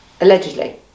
allegedly